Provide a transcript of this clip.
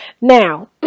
Now